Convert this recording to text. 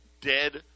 dead